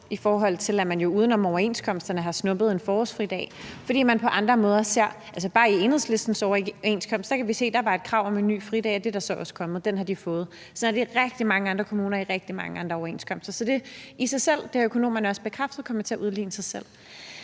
i forhold til at man jo uden om overenskomsterne har snuppet en forårsfridag. Bare i Enhedslistens overenskomst kan vi se, at der var et krav om en ny fridag, og det er der så også kommet, den har de fået. Sådan er det i rigtig mange kommuner i rigtig mange andre overenskomster. Så det kommer, det har vi økonomerne også bekræftet, til at udligne sig selv.